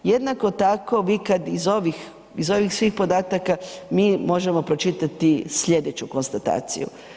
Jednako tako, vi kad iz ovih svih podataka, mi možemo pročitati slijedeću konstataciju.